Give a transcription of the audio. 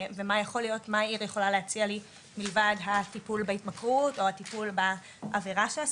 ומה העיר יכולה להציע לי מלבד הטיפול בהתמכרות או הטיפול בעבירה שעשיתי.